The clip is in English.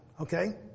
Okay